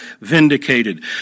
vindicated